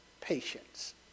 patience